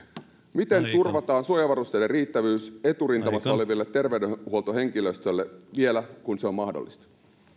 miten turvataan suojavarusteiden riittävyys eturintamassa olevalle terveydenhuoltohenkilöstölle vielä kun se on mahdollista